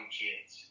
kids